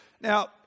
Now